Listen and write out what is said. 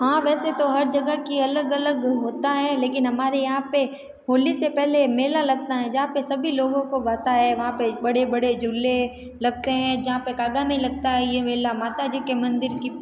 हाँ वैसे तो हर जगह की अलग अलग होता है लेकिन हमारे यहाँ पे होली से पहले मेला लगता है जहाँ पे सभी लोगो को पता है वहाँ पे बड़े बड़े झूले लगते हैं जहाँ पे कागा में लगता है ये मेला माता जी की मंदिर की